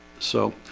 so